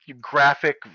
graphic